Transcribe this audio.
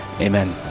Amen